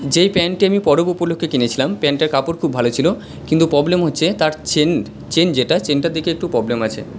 যেই প্যান্টটি আমি পরব উপলক্ষ্যে কিনেছিলাম প্যান্টটার কাপড় খুব ভালো ছিল কিন্তু পবলেম হচ্ছে তার চেন চেন যেটা চেনটার দিকে একটু প্রবলেম আছে